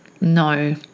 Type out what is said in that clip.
No